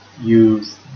use